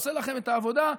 עושה לכם את העבודה,